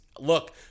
Look